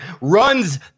runs